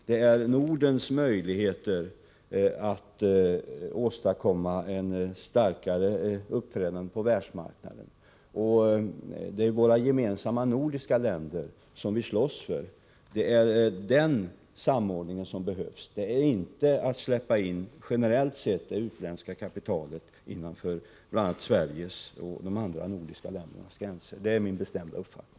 Det gäller ju Nordens möjligheter att åstadkomma ett starkare uppträdande på världsmarknaden. Det är ett gemensamt Norden som vi slåss för. Det är den samordningen som erfordras. Vad som behövs är således inte att man, generellt sett, släpper in det utländska kapitalet innanför bl.a. Sveriges och de andra nordiska ländernas gränser. Det är min bestämda uppfattning.